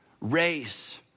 race